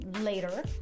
later